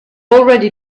already